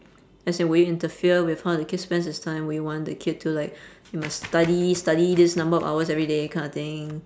as in would you interfere with how the kid spends his time would you want the kid to like you must study study this number of hours everyday kind of thing